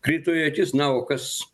krito į akis na o kas